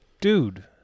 Dude